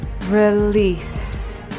release